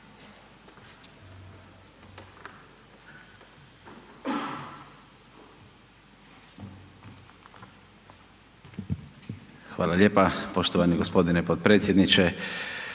Hrvatsku)** Poštovani gospodine potpredsjedniče.